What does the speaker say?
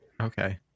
Okay